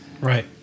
right